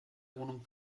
wohnung